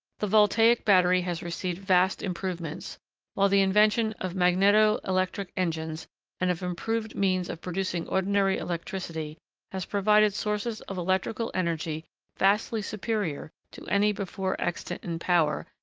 the voltaic battery has received vast improvements while the invention of magneto-electric engines and of improved means of producing ordinary electricity has provided sources of electrical energy vastly superior to any before extant in power,